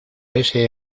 ese